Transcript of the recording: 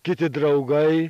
kiti draugai